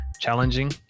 challenging